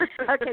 Okay